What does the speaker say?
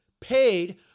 paid